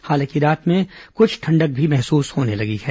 हालांकि रात में कुछ ठंडक भी महसूस होने लगी है